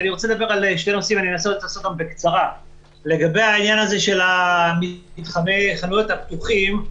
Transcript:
לגבי העניין של מתחמי החנויות הפתוחים,